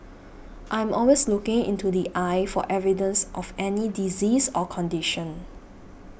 I'm always looking into the eye for evidence of any disease or condition